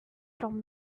from